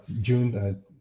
June